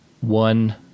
one